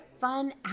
fun